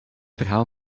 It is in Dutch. verhaal